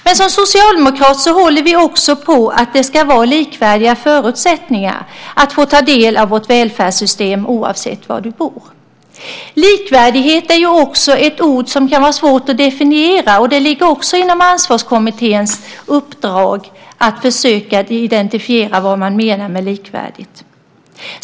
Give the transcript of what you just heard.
Men som socialdemokrater håller vi också på att det ska vara likvärdiga förutsättningar för att få ta del av vårt välfärdssystem oavsett var du bor. Likvärdighet är också ett ord som kan vara svårt att definiera, och det ligger också inom Ansvarskommitténs uppdrag att försöka identifiera vad man menar med likvärdigt.